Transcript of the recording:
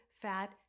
fat